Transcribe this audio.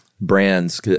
brands